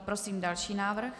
Prosím další návrh.